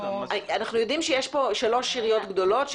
אנחנו יודעים שיש פה שלוש עיריות גדולות,